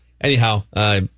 anyhow